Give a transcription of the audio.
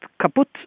kaput